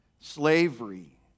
slavery